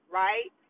right